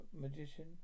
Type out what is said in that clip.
magician